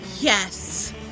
Yes